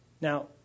Now